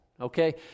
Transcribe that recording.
Okay